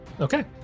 okay